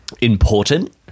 important